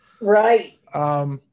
Right